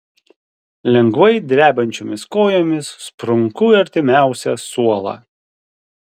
lengvai drebančiomis kojomis sprunku į artimiausią suolą